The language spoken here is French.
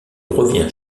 revient